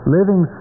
living